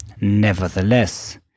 Nevertheless